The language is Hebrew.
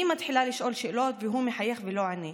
אני מתחילה לשאול שאלות, והוא מחייך ולא עונה.